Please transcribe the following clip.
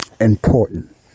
important